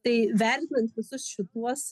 tai vertinant visus šituos